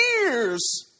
years